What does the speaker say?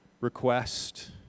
request